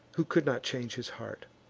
who could not change his heart